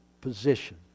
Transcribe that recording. position